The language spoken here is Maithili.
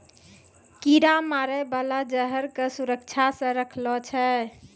कीरा मारै बाला जहर क सुरक्षा सँ रखलो जाय छै